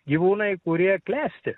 gyvūnai kurie klesti